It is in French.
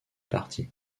parties